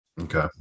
Okay